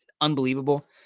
unbelievable